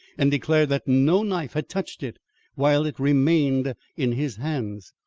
and declared that no knife had touched it while it remained in his hands.